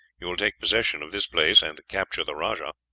you will take possession of this place, and capture the rajah?